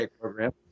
program